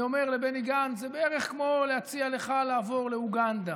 אני אומר לבני גנץ: זה בערך כמו להציע לך לעבור לאוגנדה.